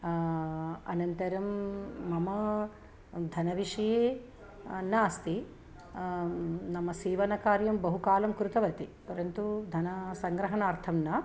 अनन्तरं मम धनविषये नास्ति मम सीवनकार्यं बहुकालं कृतवती परन्तू धनसङ्ग्रहणार्थं न